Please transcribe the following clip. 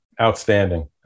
Outstanding